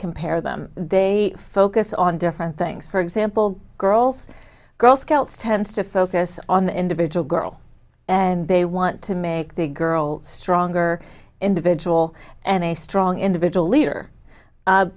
compare them they focus on different things for example girls girl scouts tends to focus on the individual girl and they want to make the girl stronger individual and a strong individual leader